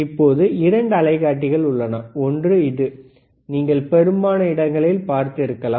இப்போது 2 அலைக்காட்டிகள் உள்ளன ஒன்று இது நீங்கள் பெரும்பாலான இடங்களில் பார்த்திருக்கலாம்